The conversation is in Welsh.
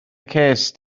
cest